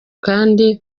kandi